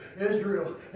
Israel